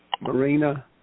Marina